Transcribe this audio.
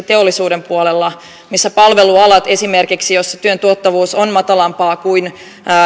teollisuuden puolella missä esimerkiksi palvelualojen merkitys joilla työn tuottavuus on matalampaa kuin